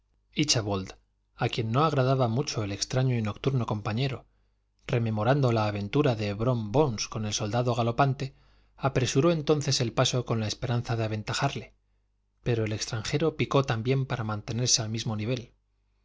disposiciones íchabod a quien no agradaba mucho el extraño y nocturno compañero rememorando la aventura de brom bones con el soldado galopante apresuró entonces el paso con la esperanza de aventajarle pero el extranjero picó también para mantenerse al mismo nivel